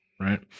right